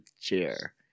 chair